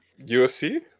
UFC